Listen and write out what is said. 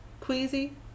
queasy